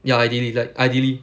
ya ideally like ideally